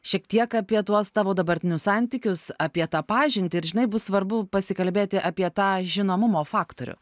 šiek tiek apie tuos tavo dabartinius santykius apie tą pažintį ir žinai bus svarbu pasikalbėti apie tą žinomumo faktorių